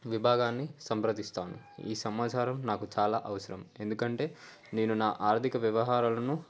విభాగాన్ని సంప్రదిస్తాను ఈ సమాచారం నాకు చాలా అవసరం ఎందుకంటే నేను నా ఆర్థిక వ్యవహారాలను